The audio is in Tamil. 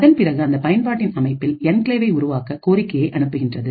அதன் பிறகு அந்த பயன்பாட்டின் அமைப்பில் என்கிளேவை உருவாக்க கோரிக்கையை அனுப்புகின்றது